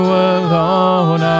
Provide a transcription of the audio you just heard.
alone